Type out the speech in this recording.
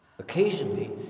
Occasionally